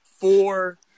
four